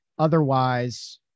Otherwise